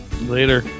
Later